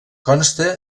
consta